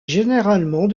généralement